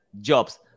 jobs